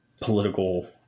political